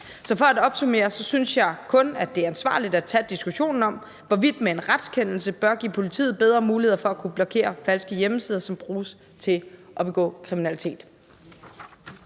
Så for at opsummere synes jeg kun, at det er ansvarligt at tage diskussionen om, hvorvidt man med en retskendelse bør give politiet bedre muligheder for at kunne blokere falske hjemmesider, som bruges til at begå kriminalitet.